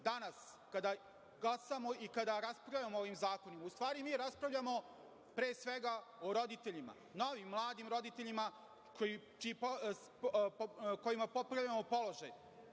kada glasamo i kada raspravljamo o ovim zakonima, u stvari mi raspravljamo pre svega o roditeljima, novim mladim roditeljima kojima popravljamo položaj,